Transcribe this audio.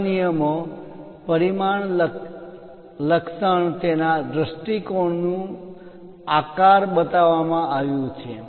થોડા નિયમો પરિમાણ લક્ષણ તેના દૃષ્ટિકોણ નું આકાર બતાવવામાં આવ્યું છે